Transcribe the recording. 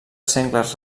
sengles